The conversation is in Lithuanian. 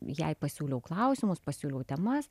jai pasiūliau klausimus pasiūliau temas